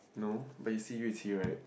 no but you see Yu-Chee right